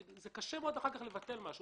קשה מאוד אחר כך לבטל משהו.